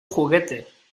juguete